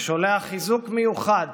ושולח חיזוק מיוחד